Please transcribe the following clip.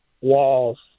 walls